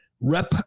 Rep